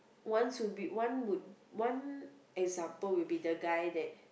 once would be one would one example would be the guy that